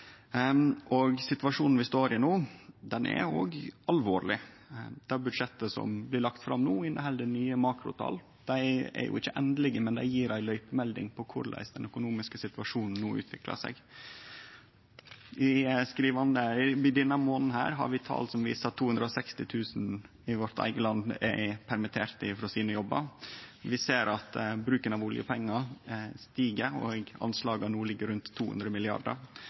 ikkje endelege, men dei gjev ei løypemelding om korleis den økonomiske situasjonen utviklar seg. I denne månaden har vi tal som viser at i vårt eige land er 260 000 permitterte frå jobbane sine. Vi ser at bruken av oljepengar stig, og at anslaga no ligg rundt 200